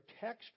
text